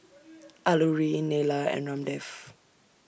Alluri Neila and Ramdev